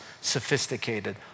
sophisticated